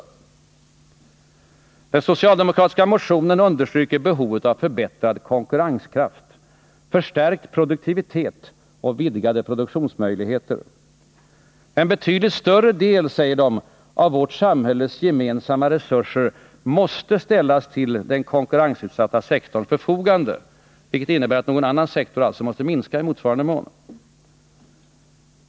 I den socialdemokratiska motionen understryks behovet av förbättrad konkurrenskraft, förstärkt produktivitet och vidgade produktionsmöjligheter. En betydligt större del av vårt samhälles gemensamma resurser måste, heter det, ställas till den konkurrensutsatta sektorns förfogande, vilket alltså innebär att någon annan sektor måste minska i motsvarande mån.